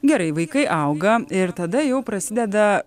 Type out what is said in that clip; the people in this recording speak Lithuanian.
gerai vaikai auga ir tada jau prasideda